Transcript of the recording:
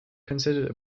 considered